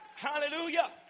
Hallelujah